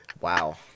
Wow